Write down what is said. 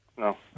No